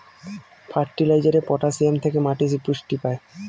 ফার্টিলাইজারে পটাসিয়াম থেকে মাটি পুষ্টি পায়